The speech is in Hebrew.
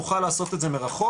נוכל לעשות את זה מרחוק,